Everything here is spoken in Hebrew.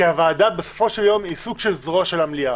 הוועדה בסופו של יום היא סוג של זרוע של המליאה,